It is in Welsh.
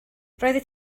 roeddet